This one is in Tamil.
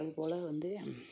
அது போல் வந்து